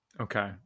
Okay